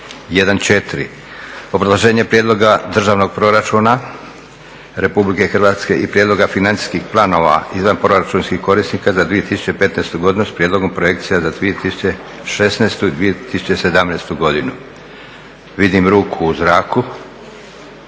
1.4. Obrazloženje Prijedloga državnog proračuna Republike Hrvatske i prijedloga financijskih planova izvanproračunskih korisnika za 2015. godinu, s prijedlogom projekcija za 2016. i 2017. godinu Vidim ruku u zraku.